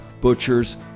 butchers